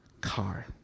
car